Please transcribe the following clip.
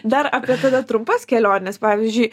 dar apie tada trumpas keliones pavyzdžiui